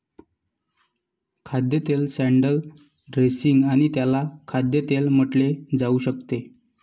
खाद्यतेल salad dressing आणि त्याला खाद्यतेल म्हटले जाऊ शकते